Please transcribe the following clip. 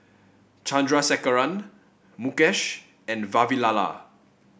Chandrasekaran Mukesh and Vavilala